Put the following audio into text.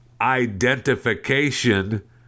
identification